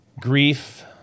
grief